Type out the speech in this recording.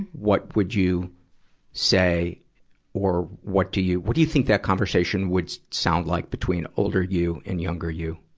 what would you say or what do you what do you think that conversation would sound like between older you and younger you?